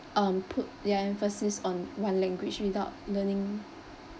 um put the emphasis on one language without learning